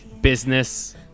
business